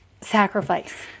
sacrifice